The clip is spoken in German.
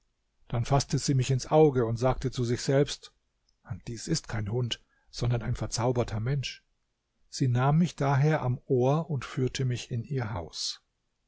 dann faßte sie mich ins auge und sagte zu sich selbst dies ist kein hund sondern ein verzauberter mensch sie nahm mich daher am ohr und führte mich in ihr haus